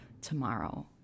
tomorrow